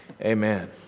Amen